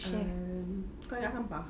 I kau ingat sampah